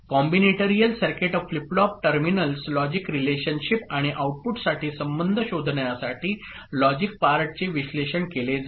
combinatorial circuit flip flop terminals logic relationship आणि आउटपुटसाठी संबंध शोधण्यासाठी लॉजिक पार्टचे विश्लेषण केले जाते